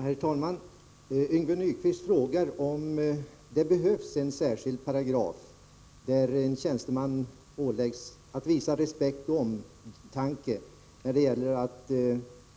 Herr talman! Yngve Nyquist frågar om det behövs en särskild paragraf där tjänstemän åläggs att visa respekt och omtanke när det gäller att